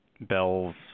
Bell's